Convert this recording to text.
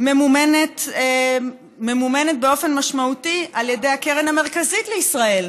ממומנת באופן משמעותי על ידי הקרן המרכזית לישראל,